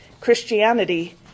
Christianity